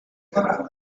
that